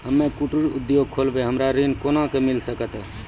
हम्मे कुटीर उद्योग खोलबै हमरा ऋण कोना के मिल सकत?